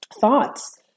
thoughts